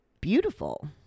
beautiful